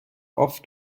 oft